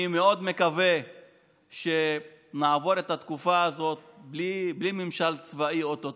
אני מאוד מקווה שנעבור את התקופה הזו בלי ממשל צבאי או-טו-טו,